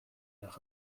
nach